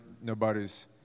Nobody's